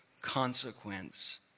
consequence